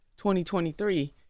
2023